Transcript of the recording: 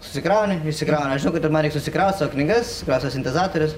susikrauni išsikrauni aš žinau kad ir man susikraut savo knygas kuriose sintezatorius